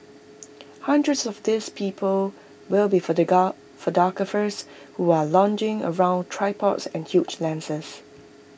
hundreds of these people will be photographers who are lugging around tripods and huge lenses